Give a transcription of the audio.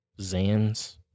Zans